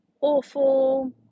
awful